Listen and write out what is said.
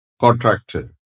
contractor